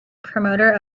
promoter